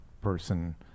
person